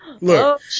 Look